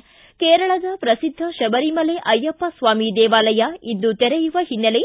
ಿ ಕೇರಳದ ಪ್ರಸಿದ್ಧ ಶಬರಿಮಲೆ ಅಯ್ಯಪ್ಪಸ್ವಾಮಿ ದೇವಾಲಯ ಇಂದು ತೆರೆಯುವ ಹಿನ್ನೆಲೆ